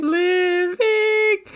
living